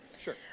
Sure